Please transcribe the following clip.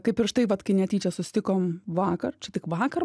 kaip ir štai vat kai netyčia susitikom vakar čia tik vakar